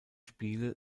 spiele